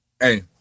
Hey